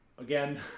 Again